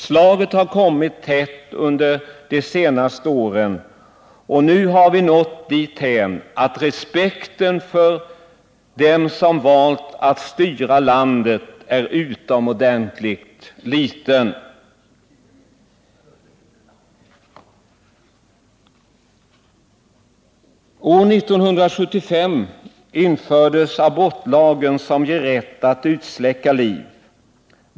Slagen har kommit tätt de senaste åren, och nu har vi nått dithän att respekten för dem som valts att styra landet är utomordentligt liten. År 1975 genomfördes abortlagen, som ger rätt att utsläcka liv.